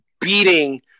beating